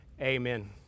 Amen